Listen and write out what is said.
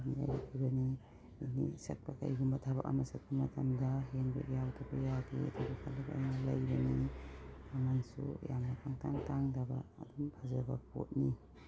ꯑꯦꯅꯤ ꯆꯠꯄ ꯀꯩꯒꯨꯝꯕ ꯊꯕꯛ ꯑꯃ ꯆꯠꯄ ꯃꯇꯝꯗ ꯍꯦꯟ ꯕꯦꯒ ꯌꯥꯎꯗꯕ ꯌꯥꯗꯦ ꯑꯗꯨ ꯈꯜꯂꯒ ꯑꯩꯅ ꯂꯩꯕꯅꯤ ꯃꯃꯟꯁꯨ ꯌꯥꯝꯅ ꯄꯪꯇꯥꯡ ꯇꯥꯡꯗꯕ ꯑꯗꯨꯝ ꯐꯖꯕ ꯄꯣꯠꯅꯤ